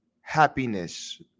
happiness